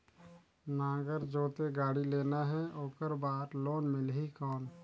नागर जोते गाड़ी लेना हे ओकर बार लोन मिलही कौन?